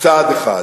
צעד אחד?